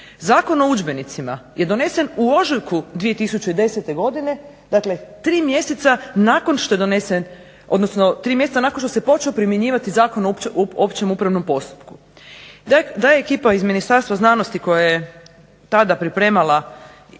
Zakon o udžbenicima je donesen u ožujku 2010. godine dakle tri mjeseca nakon što je donesen, odnosno tri mjeseca nakon što se počeo primjenjivati Zakon o općem upravnom postupku. Da je ekipa iz Ministarstva znanosti koja je tada pripremala